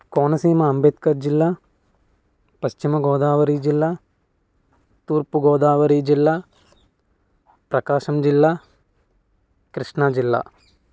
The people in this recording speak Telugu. కోనసీమ అంబేద్కర్ జిల్లా పశ్చిమగోదావరి జిల్లా తూర్పుగోదావరి జిల్లా ప్రకాశం జిల్లా కృష్ణాజిల్లా